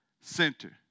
Center